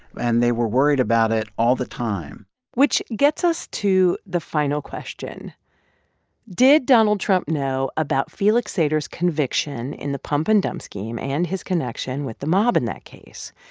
and they were worried about it all the time which gets us to the final question did donald trump know about felix sater's conviction in the pump-and-dump scheme and his connection with the mob in that case?